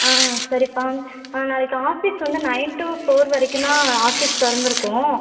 சரிப்பா ந நாளைக்கு ஆஃபிஸ் வந்து நைன் டு ஃபோர் வரைக்கும் தான் ஆஃபிஸ் திறந்துருக்கும்